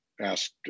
asked